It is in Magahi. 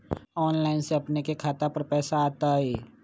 ऑनलाइन से अपने के खाता पर पैसा आ तई?